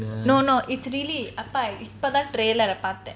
no no it's really ah pa இப்போ தான்:ipo thaan trailer அ பார்த்தேன்:a parthen